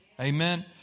Amen